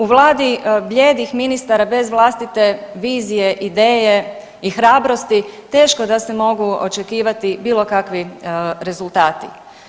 U vladi blijedih ministara bez vlastite vizije, ideje i hrabrosti teško da se mogu očekivati bilo kakvi rezultati.